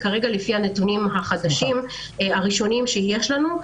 לפי הנתונים הראשוניים שיש לנו,